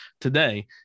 today